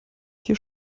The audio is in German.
hier